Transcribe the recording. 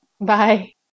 Bye